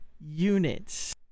units